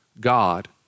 God